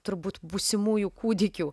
turbūt būsimųjų kūdikių